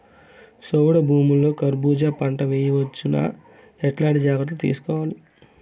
చౌడు భూముల్లో కర్బూజ పంట వేయవచ్చు నా? ఎట్లాంటి జాగ్రత్తలు తీసుకోవాలి?